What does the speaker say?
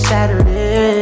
Saturday